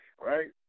Right